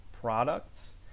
products